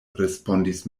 respondis